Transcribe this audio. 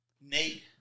Nate